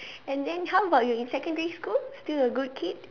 and then how about you in secondary school still a good kid